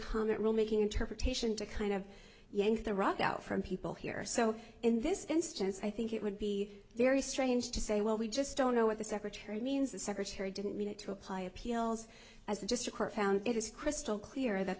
rule making interpretation to kind of yank the rug out from people here so in this instance i think it would be very strange to say well we just don't know what the secretary means the secretary didn't mean it to apply appeals as just a court found it is crystal clear that